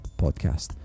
Podcast